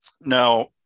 Now